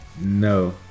No